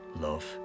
love